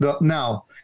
Now